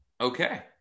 Okay